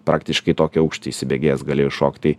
praktiškai į tokį aukštį įsibėgėjęs galėjo iššokt tai